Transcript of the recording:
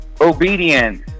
obedience